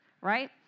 right